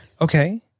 Okay